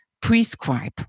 prescribe